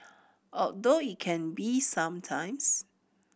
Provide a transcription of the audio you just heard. although it can be some times